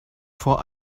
vor